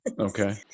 Okay